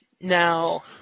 Now